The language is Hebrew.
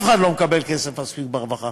אך אחד לא מקבל כסף מספיק ברווחה.